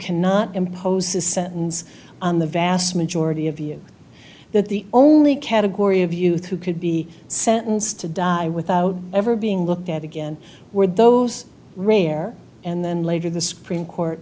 cannot impose a sentence on the vast majority of you that the only category of youth who could be sentenced to die without ever being looked at again were those rare and then later the supreme court